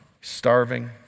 starving